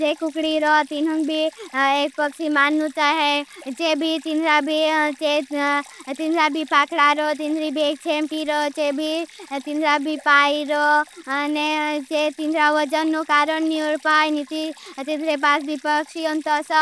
जे कुक्री रो तिन्हुंग भी एक पक्षी मानू चाहे चे। भी तिंद्रा भी पक्षा रो तिंद्री भी एक चेम्टी रो चे। भी तिंद्रा भी पाई रो चे। तिंद्रा वजन नु कारण नी उड़पाई नी चे। तिंद्रे पास भी पक्षी उन तोसा